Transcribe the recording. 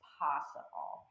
possible